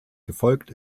gefolgt